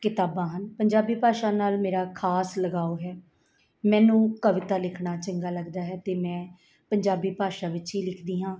ਕਿਤਾਬਾਂ ਹਨ ਪੰਜਾਬੀ ਭਾਸ਼ਾ ਨਾਲ ਮੇਰਾ ਖਾਸ ਲਗਾਉ ਹੈ ਮੈਨੂੰ ਕਵਿਤਾ ਲਿਖਣਾ ਚੰਗਾ ਲੱਗਦਾ ਹੈ ਅਤੇ ਮੈਂ ਪੰਜਾਬੀ ਭਾਸ਼ਾ ਵਿੱਚ ਹੀ ਲਿਖਦੀ ਹਾਂ